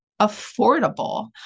affordable